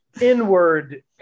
inward